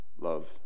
love